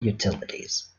utilities